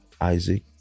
Isaac